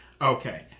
Okay